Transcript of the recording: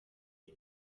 izi